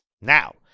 Now